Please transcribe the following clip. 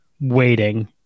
waiting